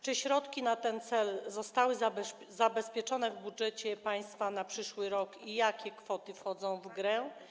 Czy środki na ten cel zostały zabezpieczone w budżecie państwa na przyszły rok i jakie kwoty wchodzą w grę?